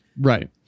right